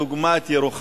אני אתן לדוגמה את ירוחם.